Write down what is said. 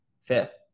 fifth